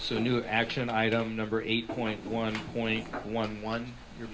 so new action item number eight point one point one one you're